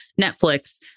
Netflix